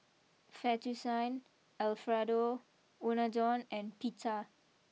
Fettuccine Alfredo Unadon and Pita